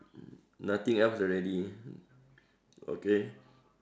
nothing else already mm okay